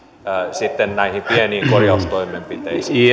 sitten näihin pieniin korjaustoimenpiteisiin